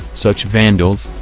such vandals.